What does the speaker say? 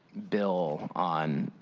bill on